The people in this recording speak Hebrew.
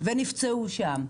ונפצעו שם.